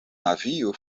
navio